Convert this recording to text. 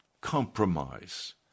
compromise